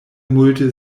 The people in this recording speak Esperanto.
multe